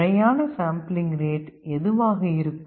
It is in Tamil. முறையான சாம்பிளிங் ரேட் எதுவாக இருக்கும்